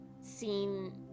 seen